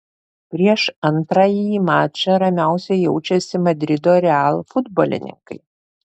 prieš antrąjį mačą ramiausiai jaučiasi madrido real futbolininkai